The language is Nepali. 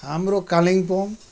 हाम्रो कालिम्पोङ